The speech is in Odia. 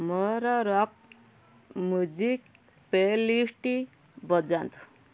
ମୋର ରକ୍ ମୁଜିକ୍ ପ୍ଲେ ଲିଷ୍ଟ୍ ବଜାନ୍ତୁ